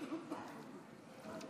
שקט בתאים